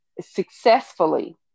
successfully